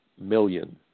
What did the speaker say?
million